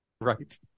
Right